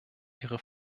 ihre